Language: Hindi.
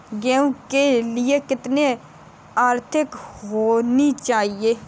गेहूँ के लिए कितनी आद्रता होनी चाहिए?